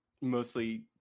mostly